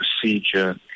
procedure